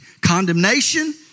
condemnation